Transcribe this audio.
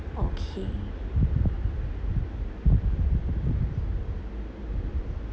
okay